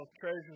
treasures